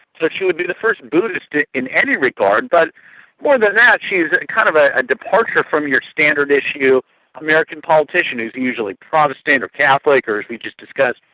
so she would be the first buddhist in any regard, but more than that, she's kind of a ah departure from your standard-issue american politician who's usually protestant or catholic or, as we just discussed,